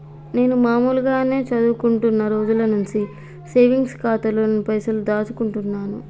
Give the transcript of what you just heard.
నేను మామూలుగానే చదువుకుంటున్న రోజుల నుంచి సేవింగ్స్ ఖాతాలోనే పైసలు దాచుకుంటున్నాను